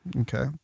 Okay